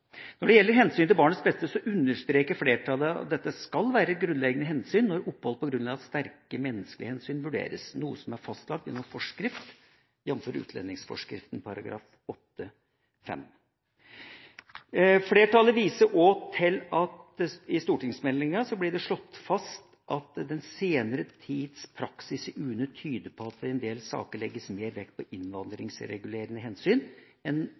Når det gjelder hensynet til barnets beste, understreker flertallet at dette skal være et grunnleggende hensyn når opphold på grunn av sterke menneskelige hensyn vurderes, noe som er fastlagt gjennom forskrift, jf. utlendingsforskriften § 8-5. Flertallet viser også til at det i stortingsmeldinga blir slått fast at den senere tids praksis i UNE tyder på at det i en del saker legges mer vekt på innvandringsregulerende hensyn enn